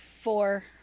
Four